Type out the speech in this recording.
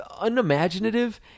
unimaginative